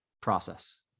process